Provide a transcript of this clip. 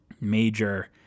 major